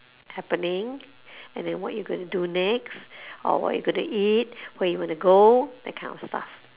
happening and then what you gonna do next or what you gonna eat where you wanna go that kind of stuff